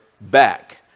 back